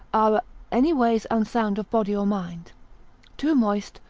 are any ways unsound of body or mind too moist,